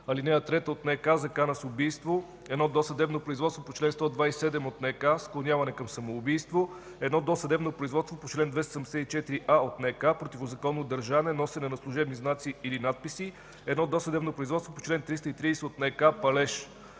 ал. 3 от НК – закана с убийство; едно досъдебно производство по чл. 127 от НК – склоняване към самоубийство; едно досъдебно производство по чл. 274а от НК – противозаконно държане, носене на служебни знаци или надписи; едно досъдебно производство по чл. 330 от НК – палеж.